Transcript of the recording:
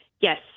Yes